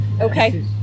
Okay